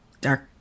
dark